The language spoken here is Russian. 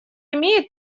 имеет